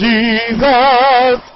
Jesus